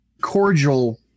cordial